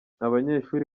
abanyeshuri